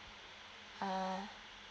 ah